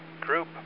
Group